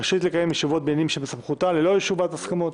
רשאית לקיים ישיבות בעניינים שבסמכותה ללא אישור ועדת ההסכמות,